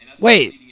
Wait